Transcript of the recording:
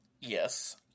yes